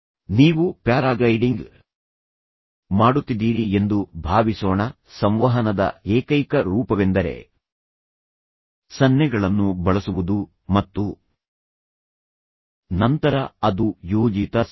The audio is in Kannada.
ನೀವು ಪ್ಯಾರಾಗ್ಲೈಡಿಂಗ್ ಮಾಡುತ್ತಿದ್ದೀರಿ ಎಂದು ಭಾವಿಸೋಣ ಸಂವಹನದ ಏಕೈಕ ರೂಪವೆಂದರೆ ಸನ್ನೆಗಳನ್ನು ಬಳಸುವುದು ಮತ್ತು ನಂತರ ಅದು ಯೋಜಿತ ಸನ್ನೆ